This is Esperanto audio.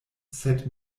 sed